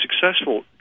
successful